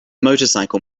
motorcycle